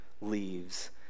leaves